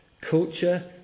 culture